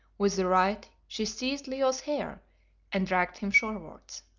with the right she seized leo's hair and dragged him shorewards.